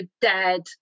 dead